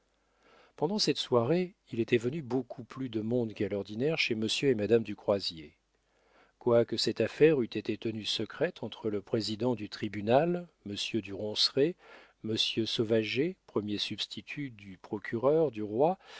pendant cette soirée il était venu beaucoup plus de monde qu'à l'ordinaire chez monsieur et madame du croisier quoique cette affaire eût été tenue secrète entre le président du tribunal monsieur du ronceret monsieur sauvager premier substitut du procureur du roi